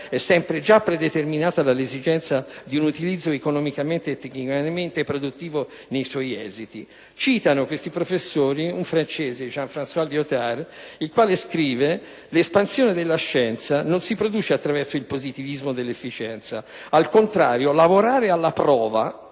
è sempre già predeterminata dall'esigenza di un utilizzo economicamente e tecnicamente produttivo dei suo esiti». I professori citano un francese, Jean-François Lyotard, il quale scrive: «L'espansione della scienza non si produce attraverso il positivismo dell'efficienza. Al contrario: lavorare alla prova